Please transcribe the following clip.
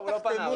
פנית אלינו?